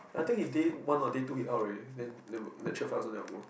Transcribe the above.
I think he day one or day two he out already then never lecture five also never go